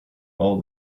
all